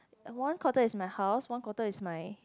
one quarter is my house one quarter is my